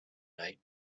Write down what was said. night